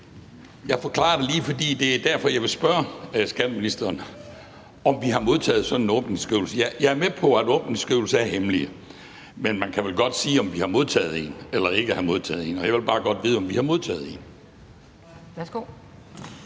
Jeg forklarer det lige, for det er derfor, jeg vil spørge skatteministeren, om vi har modtaget sådan en åbningsskrivelse. Jeg er med på, at åbningsskrivelser er hemmelige, men man kan vel godt sige, om vi har modtaget en eller ikke har modtaget en, og jeg vil bare godt vide, om vi har modtaget en.